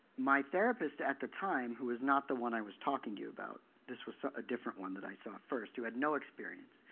my therapist at the time, who is not the one i was talking to you about this was a different one that i saw first, who had no experience.